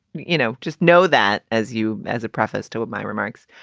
you know, just know that as you as a preface to my remarks,